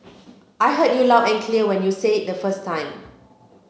I heard you loud and clear when you said it the first time